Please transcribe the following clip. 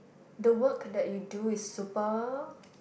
the work that you do is super